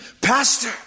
Pastor